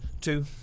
two